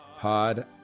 pod